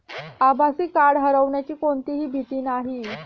आभासी कार्ड हरवण्याची कोणतीही भीती नाही